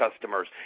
customers